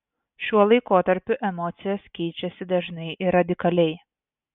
šiuo laikotarpiu emocijos keičiasi dažnai ir radikaliai